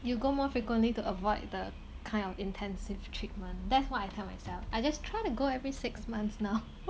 you go more frequently to avoid the kind of intensive treatment that's what I tell myself I just try to go every six months now